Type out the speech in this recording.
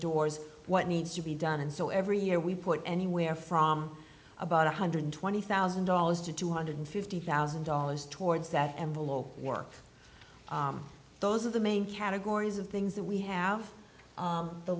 doors what needs to be done and so every year we put anywhere from about one hundred twenty thousand dollars to two hundred fifty thousand dollars towards that envelope work those are the main categories of things that we have